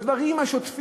גם בדברים השוטפים,